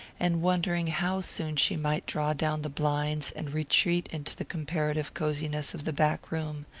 and wondering how soon she might draw down the blinds and retreat into the comparative cosiness of the back room.